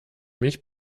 mich